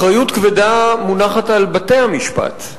אחריות כבדה מונחת על בתי-המשפט,